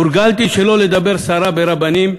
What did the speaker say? הורגלתי שלא לדבר סרה ברבנים,